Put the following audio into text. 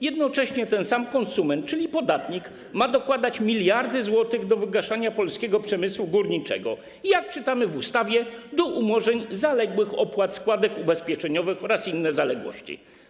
Jednocześnie ten sam konsument, czyli podatnik, ma dokładać miliardy złotych do wygaszania polskiego przemysłu górniczego i, jak czytamy w ustawie, do umorzeń zaległych opłat składek ubezpieczeniowych oraz innych zaległości.